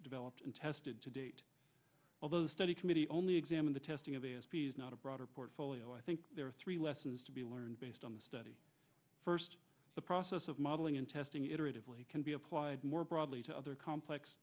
developed and tested to date although the study committee only examine the testing of a s p s not a broader portfolio i think there are three lessons to be learned based on the study first the process of modeling and testing iteratively can be applied more broadly to other complex